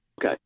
Okay